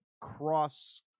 cross